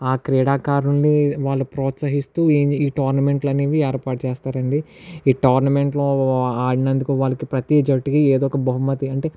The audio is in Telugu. క్రీడాకారులని వాళ్ళు ప్రోత్సహిస్తూ ఈ టోర్నమెంట్లు అనేవి ఏర్పాటుచేస్తారు అండి ఈ టోర్నమెంట్లో ఆడినందుకు వాళ్ళకి ప్రతి జట్టుకి ఎదో ఒక బహుమతి అంటే